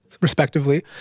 respectively